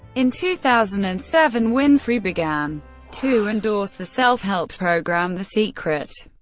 in two thousand and seven, winfrey began to endorse the self-help program the secret.